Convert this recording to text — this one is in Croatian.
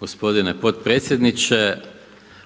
gospodine potpredsjedniče.